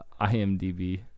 IMDb